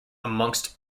amongst